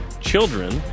children